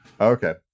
Okay